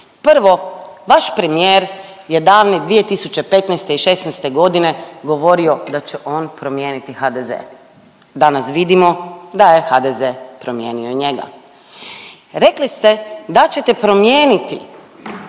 Prvo vaš premijer je davne 2015. i '16. govorio da će on promijeniti HDZ. Danas vidimo da je HDZ promijenio njega. Rekli ste da ćete promijeniti